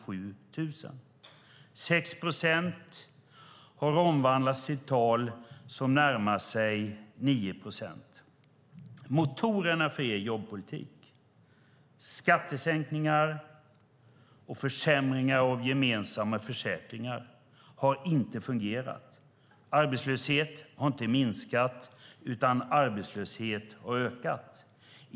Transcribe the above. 6 procent har omvandlats till ett tal som närmar sig 9 procent. Motorerna för er jobbpolitik - skattesänkningar och försämringar av gemensamma försäkringar - har inte fungerat. Arbetslösheten har inte minskat utan ökat.